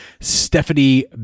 Stephanie